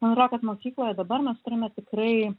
man atrodo kad mokykloje dabar mes turime tikrai